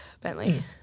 Bentley